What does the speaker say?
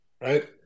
right